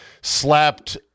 slapped